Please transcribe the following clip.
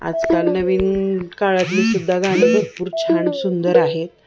आजकाल नवीन काळातली सुद्धा गाणी भरपूर छान सुंदर आहेत